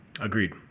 Agreed